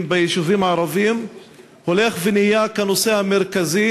ביישובים הערביים הולך ונהיה הנושא המרכזי,